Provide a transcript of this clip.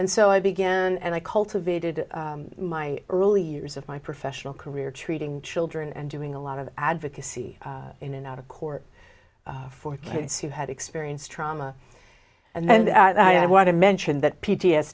and so i began and i cultivated my early years of my professional career treating children and doing a lot of advocacy in and out of court for kids who had experienced trauma and then i want to mention that p t s